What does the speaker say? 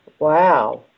Wow